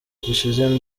gishize